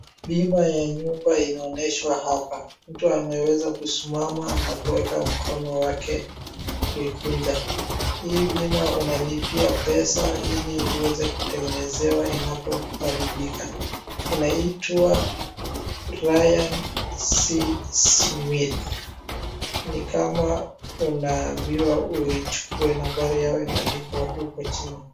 Bima ya nyumba inaonyeshwa hapa. Mtu ameweza kusimama na kuweka mikono yake kuikunja, hii bima unalipia pesa ili uweze kutengenezewa inapoharibika. Inaitwa Ryan C. Smith ni kama unaambiwa uichukue, nambari yao imeandikwa huko chini.